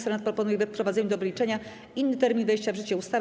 Senat proponuje we wprowadzeniu do wyliczenia inny termin wejścia w życie ustawy.